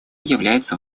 являются